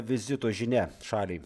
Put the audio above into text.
vizito žinia šaliai